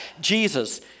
Jesus